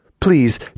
Please